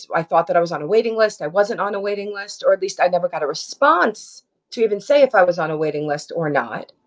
so i thought that i was on a waiting list. i wasn't on a waiting list or at least i never got a response to even say if i was on a waiting list or not.